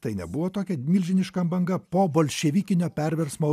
tai nebuvo tokia milžiniška banga po bolševikinio perversmo